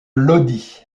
lodi